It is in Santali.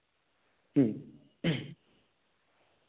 ᱦᱮᱸ